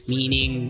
Meaning